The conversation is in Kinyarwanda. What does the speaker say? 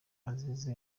azize